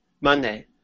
Monday